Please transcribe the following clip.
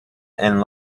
and